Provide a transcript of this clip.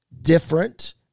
Different